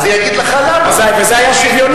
אני אגיד לך למה, וזה היה שוויוני.